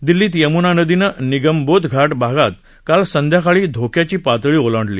दिल्लीत यमुना नदीनं निगमबोध घाट भागात काल संध्याकाळी धोक्याची पातळी ओलांडली